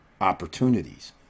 opportunities